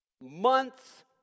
months